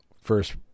first